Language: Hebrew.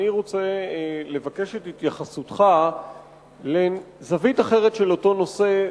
אני רוצה לבקש את התייחסותך לזווית אחרת של אותו נושא,